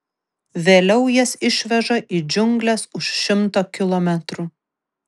vėliau jas išveža į džiungles už šimto kilometrų